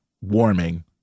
warming